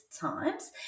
times